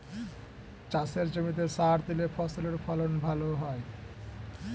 চাষের জমিতে সার দিলে ফসলের ফলন ভালো হয়